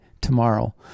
tomorrow